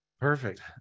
Perfect